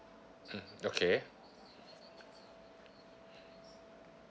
mmhmm okay